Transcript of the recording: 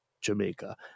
jamaica